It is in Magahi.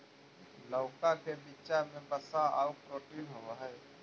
लउका के बीचा में वसा आउ प्रोटीन होब हई